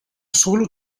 solo